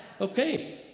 Okay